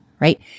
right